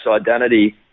identity